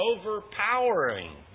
overpowering